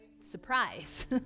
Surprise